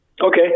Okay